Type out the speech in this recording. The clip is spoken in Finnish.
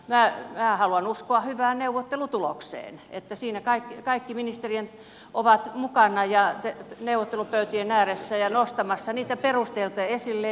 minä haluan uskoa hyvään neuvottelutulokseen että siinä kaikki ministerit ovat mukana ja neuvottelupöytien ääressä ja nostamassa niitä perusteita esille